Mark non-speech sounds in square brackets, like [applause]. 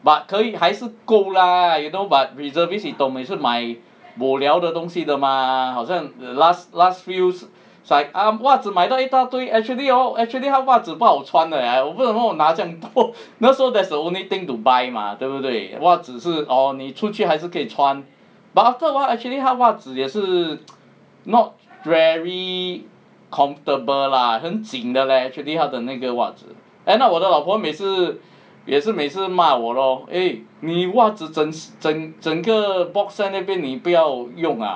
but 可以还是够 lah you know but reservists 你懂也是买 bo liao 的东西的 mah 好像 last last few like ah 袜子买到一大堆 actually hor actually 他袜子不好穿的 leh 我不懂我为什么拿这样多那时候 that's the only thing to buy mah 对不对袜子是 orh 你出去还是可以穿 but after awhile actually 他袜子也是 [noise] not very comfortable lah 很紧的 leh actually 他的那个袜子 end up 我的老婆每次也是每次骂我 lor eh 你袜子整整整个 box 在那边你不要用 ah